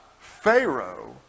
Pharaoh